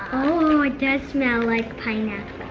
ah ah does smell like pineapple.